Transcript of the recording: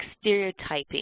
stereotyping